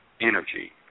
energy